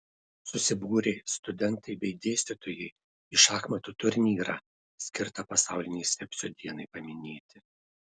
susibūrė studentai bei dėstytojai į šachmatų turnyrą skirtą pasaulinei sepsio dienai paminėti